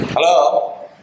Hello